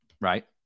Right